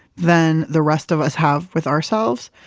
than the rest of us have with ourselves.